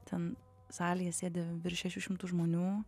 ten salėje sėdi virš šešių šimtų žmonių